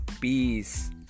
peace